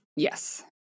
Yes